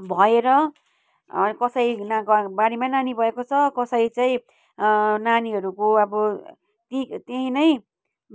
भएर कसैको बारीमै नानी भएको छ कसैको चाहिँ नानीहरूको अब त्यहीँ त्यहीँ नै